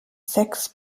sechs